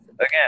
Again